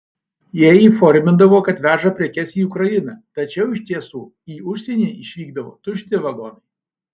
jie įformindavo kad veža prekes į ukrainą tačiau iš tiesų į užsienį išvykdavo tušti vagonai